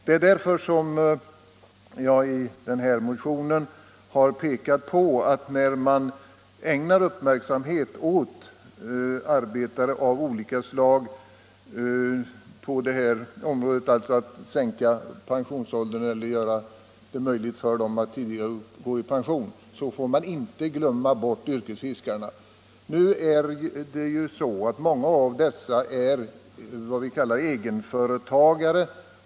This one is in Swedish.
Det är därför som jag i min motion har pekat på, att när vi ägnar uppmärksamhet åt frågan om sänkt pensionsålder för arbetare av olika slag och möjligheterna för dem att gå i pension tidigare, så får vi inte glömma yrkesfiskarna. Många av yrkesfiskarna är inte anställda utan egenföretagare.